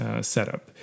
setup